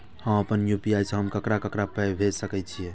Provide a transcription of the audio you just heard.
हम आपन यू.पी.आई से हम ककरा ककरा पाय भेज सकै छीयै?